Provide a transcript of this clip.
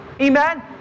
Amen